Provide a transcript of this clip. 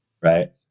Right